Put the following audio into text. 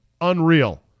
Unreal